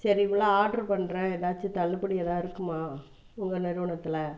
சரி இவ்வளோ ஆட்ரு பண்ணுறேன் ஏதாச்சும் தள்ளுபடி எதா இருக்குமா உங்கள் நிறுவனத்தில்